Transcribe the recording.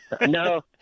No